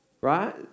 right